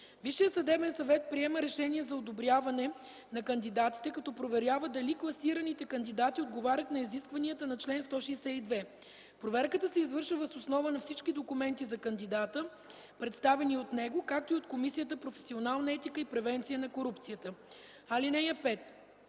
Висшият съдебен съвет приема решение за одобряване на кандидатите, като проверява дали класираните кандидати отговарят на изискванията на чл. 162. Проверката се извършва въз основа на всички документи за кандидата, представени от него, както и от Комисията „Професионална етика и превенция на корупцията”. (5)